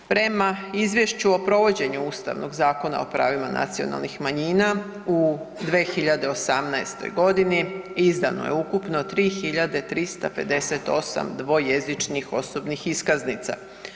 Prema izvješću o provođenju Ustavnog zakona o pravima nacionalnih manjina u 2018. godini izdano je ukupno 3358 dvojezičnih osobnih iskaznica.